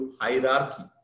hierarchy